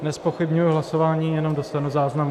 Nezpochybňuji hlasování, jen do stenozáznamu.